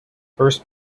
first